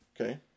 Okay